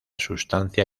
sustancia